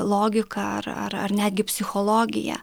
logiką ar ar ar netgi psichologiją